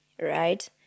right